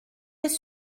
les